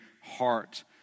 heart